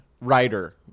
writer